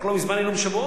רק לא מזמן היינו בשבועות.